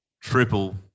Triple